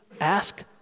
ask